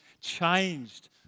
changed